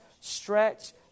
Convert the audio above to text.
stretch